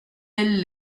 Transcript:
elle